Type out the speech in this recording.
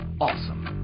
awesome